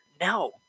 No